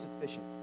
sufficient